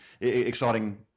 exciting